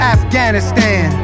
Afghanistan